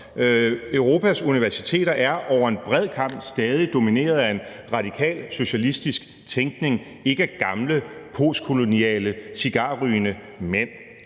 Europas universiteter er over en bred kam stadig domineret af en radikal socialistisk tænkning og ikke af gamle postkoloniale cigarrygende mænd,